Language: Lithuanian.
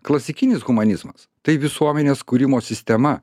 klasikinis humanizmas tai visuomenės kūrimo sistema